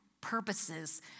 purposes